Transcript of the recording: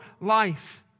life